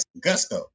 gusto